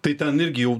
tai ten irgi jau